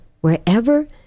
wherever